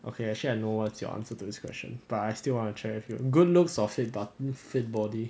okay actually I know what's your answer to this question but I still want to check with you good looks or fit body